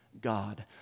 God